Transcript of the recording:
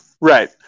Right